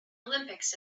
olympics